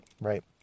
Right